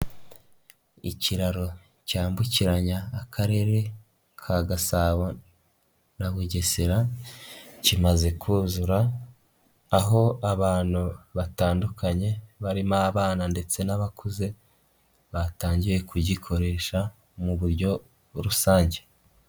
Ikiraro cyambukiranya Akarere ka Gasabo na Bugesera kimaze kuzura aho abantu batandukanye barimo abana ndetse n'abakuze batangiye kugikoresha mu buryo rusange.